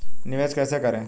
निवेश कैसे करें?